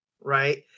right